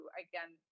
again